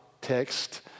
text